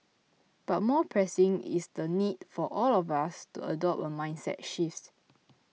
but more pressing is the need for all of us to adopt a mindset shift